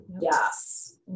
Yes